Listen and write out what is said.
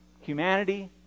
humanity